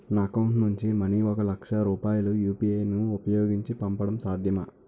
నా అకౌంట్ నుంచి మనీ ఒక లక్ష రూపాయలు యు.పి.ఐ ను ఉపయోగించి పంపడం సాధ్యమా?